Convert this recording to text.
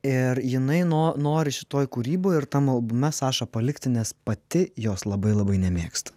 ir jinai no nori šitoj kūryboj ir tam albume sašą palikti nes pati jos labai labai nemėgsta